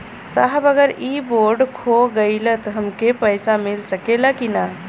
साहब अगर इ बोडखो गईलतऽ हमके पैसा मिल सकेला की ना?